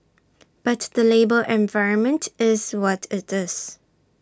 but the labour environment is what IT is